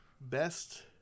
Best